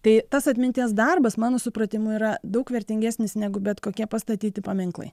tai tas atminties darbas mano supratimu yra daug vertingesnis negu bet kokie pastatyti paminklai